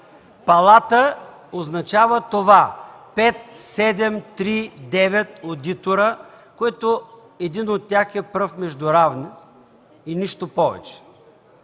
Палата означава 5, 7, 3, 9 одитори, като един от тях е пръв между равни и нищо повече.